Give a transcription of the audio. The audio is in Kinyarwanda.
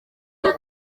gihe